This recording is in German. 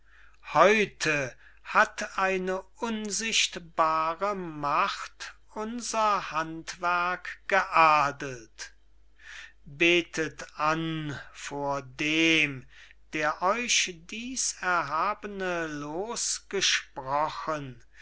heute hat eine unsichtbare macht unser handwerk geadelt betet an vor dem der euch dies erhabene